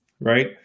right